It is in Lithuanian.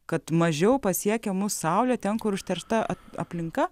kad mažiau pasiekia mus saulė ten kur užteršta aplinka